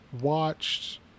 watched